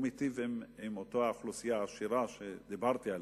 הוא מיטיב עם אותה אוכלוסייה עשירה שדיברתי עליה,